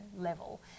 level